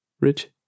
Rich